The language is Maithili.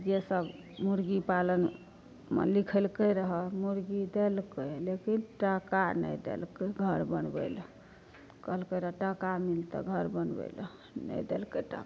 जे सब मुर्गी पालनमे लिखलकै रहय मुर्गी देलकै लेकिन टका नहि देलकै घर बनबै लए कहलकै रऽ टका मिलतै घर बनबै लए नहि देलकै टका